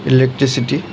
electricity